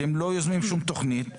אתם לא יוזמים שום תוכנית,